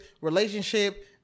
relationship